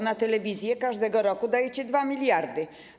Na telewizję każdego roku dajecie 2 mld zł.